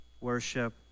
worship